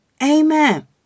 Amen